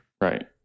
Right